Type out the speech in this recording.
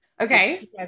Okay